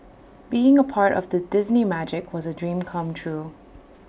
being A part of the Disney magic was A dream come true